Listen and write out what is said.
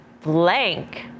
blank